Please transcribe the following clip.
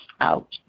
out